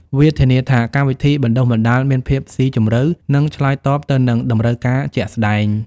វាធានាថាកម្មវិធីបណ្តុះបណ្តាលមានភាពស៊ីជម្រៅនិងឆ្លើយតបទៅនឹងតម្រូវការជាក់ស្តែង។